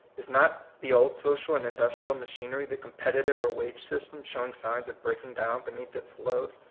is not the old social and industrial machinery, the competitive or wage system, showing signs of breaking down beneath its load?